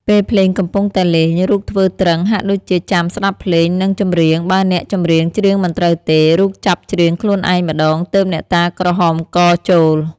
ពេលភ្លេងកំពុងតែលេង រូបធ្វើទ្រឹង ហាក់ដូចជាចាំស្តាប់ភ្លេង និងចម្រៀង បើអ្នកចម្រៀងច្រៀងមិនត្រូវទេ រូបចាប់ច្រៀងខ្លួនឯងម្តង ទើបអ្នកតាក្រហមកចូល ។